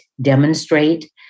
demonstrate